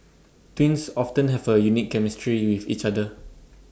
twins often have A unique chemistry with each other